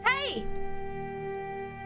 Hey